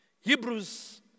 Hebrews